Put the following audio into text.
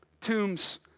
Tombs